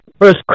first